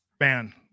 Man